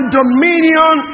dominion